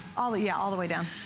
all yeah all the way down.